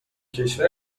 کشور